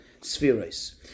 spheres